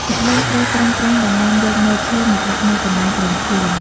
អ្នកលេងត្រូវប្រឹងប្រែង ដណ្ដើមយកមែកឈើមកដាក់នៅកន្លែងក្រុមខ្លួន។